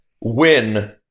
win